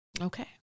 Okay